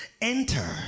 enter